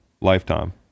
lifetime